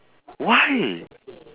why